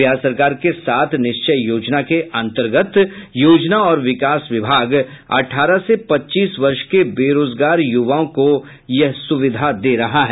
बिहार सरकार के सात निश्चय योजना के अंतर्गत योजना और विकास विभाग अठारह से पच्चीस वर्ष के बेरोजगार युवाओं को यह सुविधा दे रही है